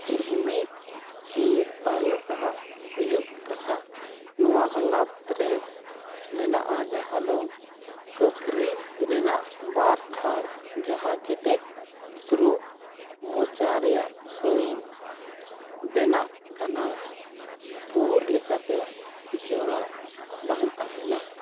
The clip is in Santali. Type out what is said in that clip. ᱢᱤᱫ ᱪᱤᱨ ᱛᱟᱦᱚᱞᱠᱟᱦᱟ ᱦᱩᱭᱩᱜ ᱠᱟᱱᱟ ᱱᱚᱣᱟ ᱦᱟᱞᱚᱛ ᱨᱮ ᱢᱮᱱᱟᱜᱼᱟ ᱡᱟᱦᱟᱸ ᱫᱚ ᱠᱟᱹᱯᱨᱤ ᱨᱮᱱᱟᱜ ᱵᱟᱨ ᱛᱷᱟᱨ ᱡᱟᱦᱟᱸ ᱠᱮᱴᱮᱡ ᱛᱨᱩ ᱢᱚᱪᱟ ᱨᱮᱭᱟᱜ ᱥᱟᱹᱲᱤᱢ ᱵᱮᱱᱟᱜ ᱠᱟᱱᱟ ᱯᱩᱲ ᱞᱮᱠᱟᱛᱮ ᱡᱚᱲᱟᱣ ᱵᱟᱝ ᱛᱟᱦᱮᱱᱟ